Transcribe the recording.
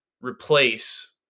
replace